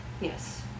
Yes